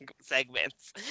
segments